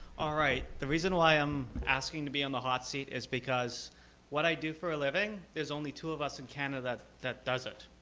alright. the reason why i'm asking be on the hot seat is because what i do for a living, there's only two of us in canada that does it,